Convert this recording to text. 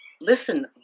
listen